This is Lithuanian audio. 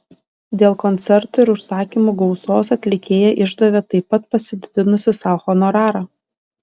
dėl koncertų ir užsakymų gausos atlikėja išdavė taip pat pasididinusi sau honorarą